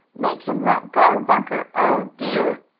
make him let go, bunker! oh, dear!